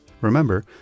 Remember